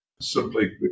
simply